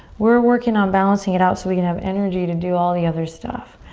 we're working on balancing it out so we can have energy to do all the other stuff.